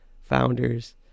Founders